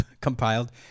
compiled